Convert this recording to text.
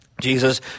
Jesus